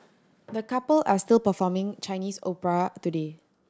the couple are still performing Chinese opera today